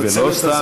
זה לא סתם,